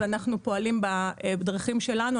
אנחנו פועלים בדרכים שלנו.